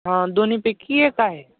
हां दोन्हीपैकी एक आहे